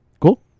Cool